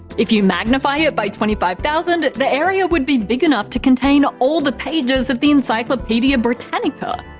if you magnify it by twenty five thousand, the area would be big enough to contain all the pages of the encyclopedia britannica.